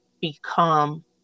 become